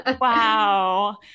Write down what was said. wow